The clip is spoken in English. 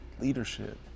leadership